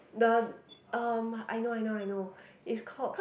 the um I know I know I know is called